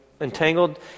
entangled